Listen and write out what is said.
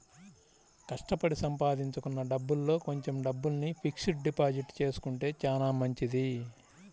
కష్టపడి సంపాదించుకున్న డబ్బుల్లో కొంచెం డబ్బుల్ని ఫిక్స్డ్ డిపాజిట్ చేసుకుంటే చానా మంచిది